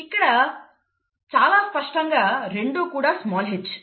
ఇక్కడ చాలా స్పష్టంగా రెండూ కూడా స్మాల్ h